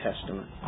Testament